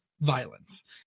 violence